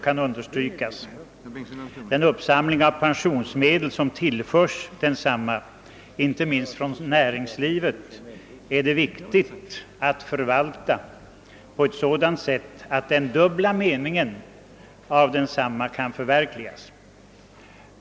Det är viktigt att de uppsamlade pensionsmedel som tillförs AP fonderna, inte minst från näringslivet, förvaltas på ett sådant sätt att fondernas dubbla syfte kan förverkligas.